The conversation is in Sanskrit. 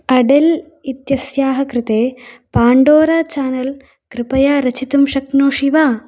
अडेल् इत्यस्याः कृते पाण्डोरा चानल् कृपया रचितुं शक्नोषि वा